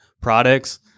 products